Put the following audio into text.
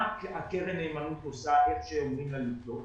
מה קרן נאמנות עושה כשאומרים לה לפדות?